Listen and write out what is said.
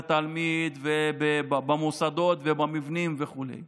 גם כמה המדינה משקיעה פר תלמיד ובמוסדות ובמבנים וכו';